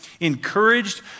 encouraged